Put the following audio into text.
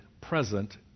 present